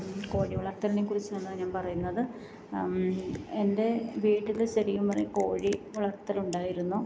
കോഴി വളർത്തലിനെ കുറിച്ചാണ് ഞാൻ പറയുന്നത് എൻ്റെ വീട്ടിൽ ശരിക്കും പറഞ്ഞാൽ കോഴി വളർത്തലുണ്ടായിരുന്നു